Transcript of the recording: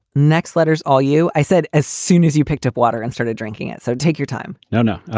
next letters. all you i said as soon as you picked up water and started drinking it. so take your time no, no